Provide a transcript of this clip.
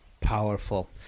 Powerful